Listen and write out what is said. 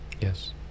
Yes